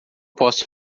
posso